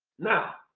now,